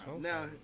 Now